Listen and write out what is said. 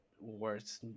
words